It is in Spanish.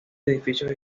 edificios